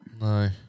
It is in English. No